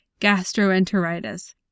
gastroenteritis